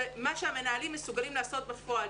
ומה שהמנהלים מסוגלים לעשות בפועל.